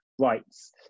rights